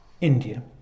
India